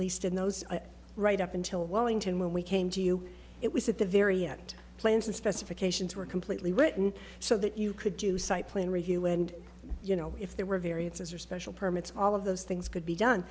least in those right up until wellington when we came to you it was at the very end plans and specifications were completely written so that you could do site plan review and you know if there were variances or special permits all of those things could be done